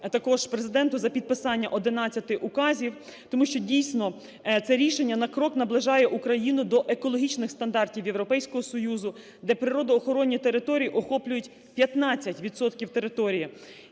також Президенту за підписання 11 указів. Тому що, дійсно, це рішення на крок наближає Україну до екологічних стандартів Європейського Союзу, де природоохоронні території охоплюють 15 відсотків